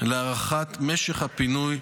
להארכת משך הפינוי,